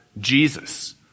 Jesus